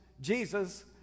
Jesus